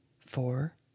four